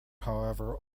however